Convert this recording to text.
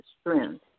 strength